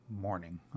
morning